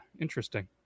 interesting